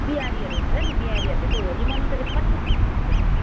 बिहारीहरू हुन्छ नि बिहारीहरूले चाहिँ होली मनाउँछ कि छठ पूजा मनाउँछ